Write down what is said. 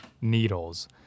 needles